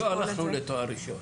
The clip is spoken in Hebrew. עדיין לא הלכנו לתואר ראשון.